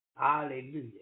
Hallelujah